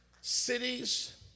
Cities